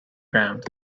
ground